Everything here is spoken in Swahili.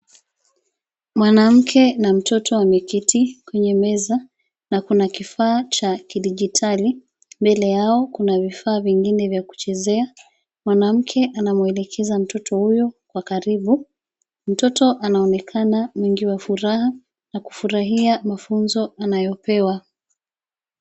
Mwanamke na mtoto wameketi kwenye meza na kuna kifaa cha kidijitali. Mbele yao, kuna vifaa vingine vya kuchezea. Mwanamke anamwelekeza mtoto huyo kwa karibu. Mtoto anaonekana mwingi wa furaha na kufurahia mafunzo anayopewa.